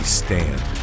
stand